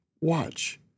watch